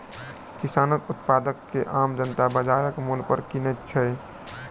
किसानक उत्पाद के आम जनता बाजारक मूल्य पर किनैत छै